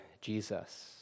Jesus